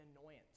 annoyance